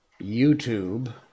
YouTube